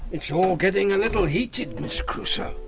it's all getting a little heated, miss crusoe.